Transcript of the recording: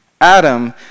Adam